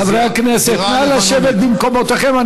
חברי הכנסת, נא לשבת במקומותיכם.